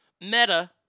Meta